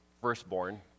firstborn